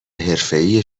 حرفهای